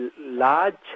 large